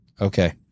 okay